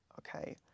Okay